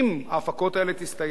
כפי שכבר מאיימים עלינו,